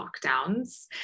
lockdowns